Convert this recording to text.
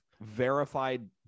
verified